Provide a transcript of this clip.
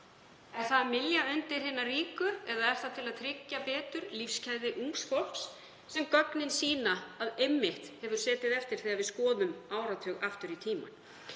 Er það að mylja undir hina ríku eða er það til að tryggja betur lífsgæði ungs fólks sem gögn sýna að hefur einmitt setið eftir þegar við skoðum áratug aftur í tímann?